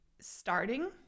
starting